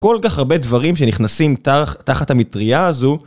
כל כך הרבה דברים שנכנסים תחת המטריה הזו